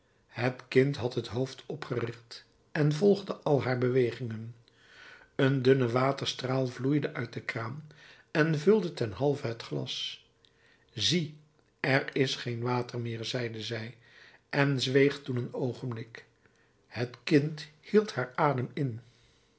het kind had het hoofd opgericht en volgde al haar bewegingen een dunne waterstraal vloeide uit de kraan en vulde ten halve het glas zie er is geen water meer zeide zij en zweeg toen een oogenblik het kind hield haar adem in